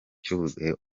cy’ubudehe